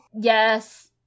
Yes